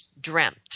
dreamt